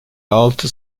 altı